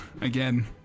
Again